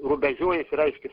rubežiojasi reiškias